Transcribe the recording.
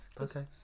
Okay